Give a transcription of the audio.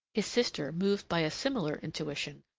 his sister, moved by a similar intuition,